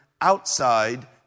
outside